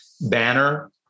banner